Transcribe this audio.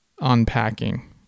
unpacking